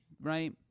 right